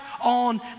on